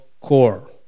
core